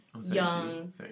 young